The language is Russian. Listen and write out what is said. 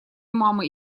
мамы